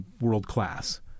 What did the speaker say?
world-class